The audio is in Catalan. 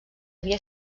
havia